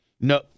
no